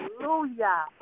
Hallelujah